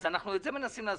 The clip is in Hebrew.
את זה אנחנו מנסים לעשות.